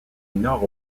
nord